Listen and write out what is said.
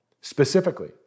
specifically